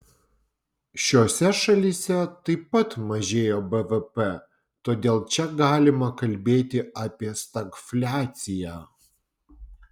šiose šalyse taip pat mažėja bvp todėl čia galima kalbėti apie stagfliaciją